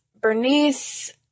Bernice